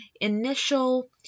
initial